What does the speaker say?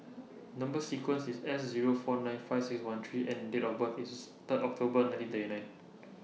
Number sequence IS S Zero four nine five six one three N and Date of birth IS Third October nineteen thirty nine